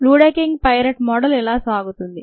Luedeking pirate model ఇలా సాగుతుంది